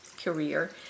career